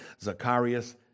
Zacharias